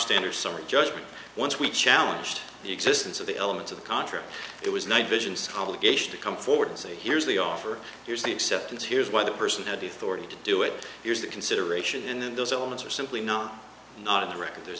standard summary judgment once we challenged the existence of the elements of the contract it was night vision scalawag h to come forward and say here's the offer here's the acceptance here's what the person had before you to do it here's the consideration and then those elements are simply not not in the record there